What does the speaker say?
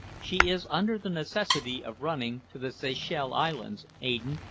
she is under the necessity of running to the seychelles islands, aden,